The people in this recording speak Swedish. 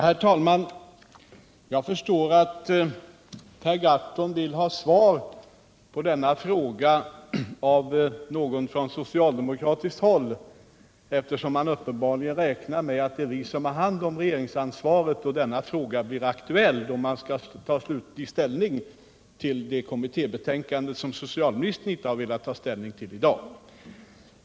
Herr talman! Jag förstår att Per Gahrton vill ha svar på denna fråga av någon från socialdemokratiskt håll, eftersom han uppenbarligen räknar med att det är vi som har hand om regeringsansvaret då frågan blir aktuell, då man skall ta slutlig ställning till det kommittébetänkande som socialministern inte har velat ta ställning till i dag.